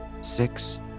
six